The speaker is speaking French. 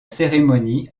cérémonie